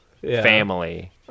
family